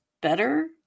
better